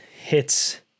hits